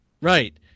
Right